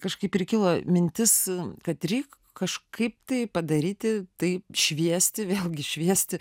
kažkaip ir kilo mintis kad reik kažkaip tai padaryti tai šviesti vėlgi šviesti